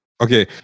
Okay